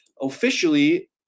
officially